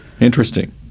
interesting